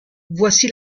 voici